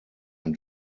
ein